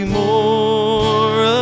more